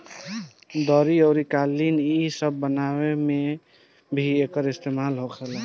दरी अउरी कालीन इ सब बनावे मे भी एकर इस्तेमाल होखेला